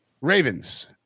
Ravens